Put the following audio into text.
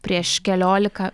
prieš keliolika